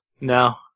No